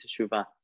Teshuvah